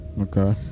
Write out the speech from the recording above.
Okay